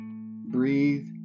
breathe